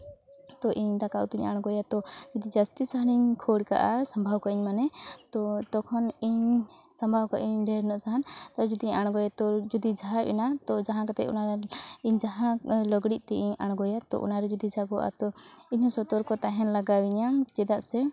ᱛᱚ ᱤᱧ ᱫᱟᱠᱟ ᱩᱛᱩᱧ ᱟᱬᱜᱚᱭᱟ ᱛᱚ ᱡᱩᱫᱤ ᱡᱟᱹᱥᱛᱤ ᱥᱟᱦᱟᱱᱤᱧ ᱠᱷᱳᱲ ᱠᱟᱜᱼᱟ ᱥᱟᱸᱵᱟᱣ ᱠᱟᱜᱼᱟᱹᱧ ᱢᱟᱱᱮ ᱛᱚ ᱛᱚᱠᱷᱚᱱ ᱤᱧ ᱥᱟᱸᱵᱟᱣ ᱠᱟᱜᱼᱤᱧ ᱰᱷᱮᱨ ᱧᱚᱜ ᱥᱟᱦᱟᱱ ᱛᱚ ᱡᱩᱫᱤᱧ ᱟᱬᱜᱚᱭᱟ ᱛᱚ ᱡᱩᱫᱤ ᱡᱷᱟᱜ ᱮᱱᱟ ᱛᱚ ᱡᱟᱦᱟᱸ ᱠᱟᱛᱮᱫ ᱚᱱᱟ ᱡᱟᱦᱟᱸ ᱞᱩᱜᱽᱲᱤᱡ ᱛᱮ ᱤᱧ ᱟᱬᱜᱚᱭᱟ ᱛᱚ ᱚᱱᱟ ᱨᱮ ᱡᱩᱫᱤ ᱡᱷᱟᱜᱚᱜᱼᱟ ᱛᱚ ᱤᱧ ᱦᱚᱸ ᱥᱚᱛᱚᱨᱠᱚ ᱛᱟᱦᱮᱱ ᱞᱟᱜᱟᱣᱤᱧᱟ ᱪᱮᱫᱟᱜ ᱥᱮ